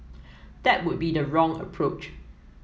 that would be the wrong approach